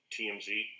TMZ